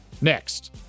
Next